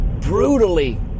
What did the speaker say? brutally